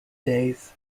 days